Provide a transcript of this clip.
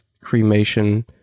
cremation